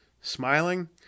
Smiling